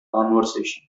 conversation